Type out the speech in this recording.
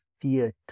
fear